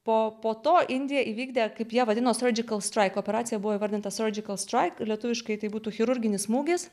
po to indija įvykdė kaip jie vadino radžikal straik operaciją buvo įvardintas radžikal straik lietuviškai tai būtų chirurginis smūgis